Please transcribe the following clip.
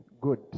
good